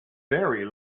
very